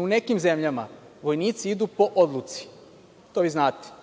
u nekim zemljama vojnici idu po odluci, to vi znate.